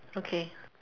okay